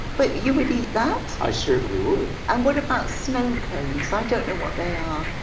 but you would eat that? i certainly would. and what about snow cones. i don't know what they are.